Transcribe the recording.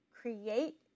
create